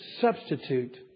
substitute